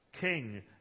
king